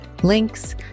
links